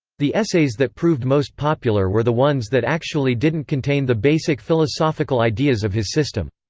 the essays that proved most popular were the ones that actually didn't contain the basic philosophical ideas of his system.